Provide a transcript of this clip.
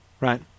right